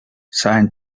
sein